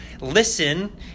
listen